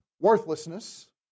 Worthlessness